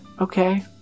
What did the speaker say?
okay